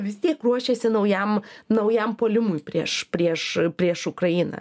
vis tiek ruošiasi naujam naujam puolimui prieš prieš prieš ukrainą